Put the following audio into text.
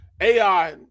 ai